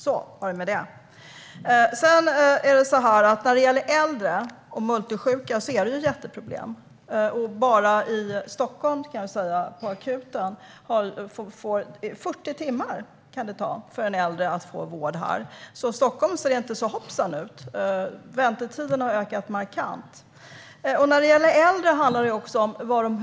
Så är det med det. När det gäller äldre och multisjuka är det här ett jätteproblem. Bara i Stockholm kan det ta en äldre person 40 timmar på akuten för att få vård. I Stockholm ser det alltså inte så hoppsan ut. Väntetiderna har ökat markant. När det gäller äldre handlar det också om hur de bor.